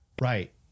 right